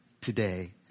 today